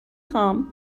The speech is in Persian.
خوام